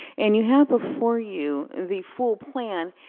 and you have before you the full plan.